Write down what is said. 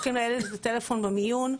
לוקחים לילד את הטלפון במיון,